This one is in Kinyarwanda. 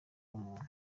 umuntu